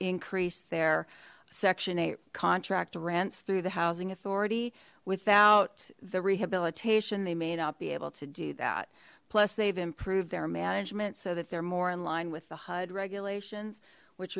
increase their section eight contract rents through the housing authority without the rehabilitation they may not be able to do that plus they've improved their management so that they're more in line with the hud regulations which